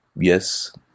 yes